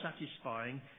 satisfying